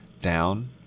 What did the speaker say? down